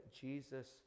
Jesus